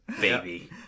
Baby